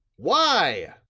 why,